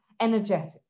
energetic